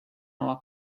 our